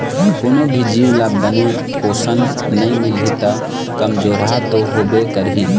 कोनो भी जीव ल बने पोषन नइ मिलही त कमजोरहा तो होबे करही